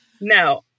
No